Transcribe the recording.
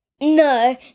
No